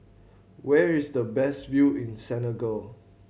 where is the best view in Senegal